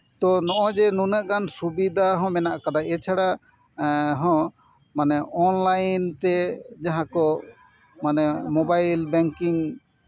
ᱛᱚ ᱱᱚᱜᱼᱚᱭ ᱡᱮ ᱱᱩᱱᱟᱹᱜ ᱜᱟᱱ ᱥᱩᱵᱤᱫᱷᱟ ᱦᱚᱸ ᱢᱮᱱᱟᱜ ᱠᱟᱫᱟ ᱮᱪᱷᱟᱲᱟ ᱦᱚᱸ ᱚᱱᱞᱟᱭᱤᱱ ᱛᱮ ᱡᱟᱦᱟᱸ ᱠᱚ ᱢᱟᱱᱮ ᱢᱳᱵᱟᱭᱤᱞ ᱵᱮᱝᱠᱤᱝ